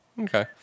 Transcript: Okay